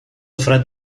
fred